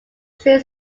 train